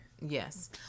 Yes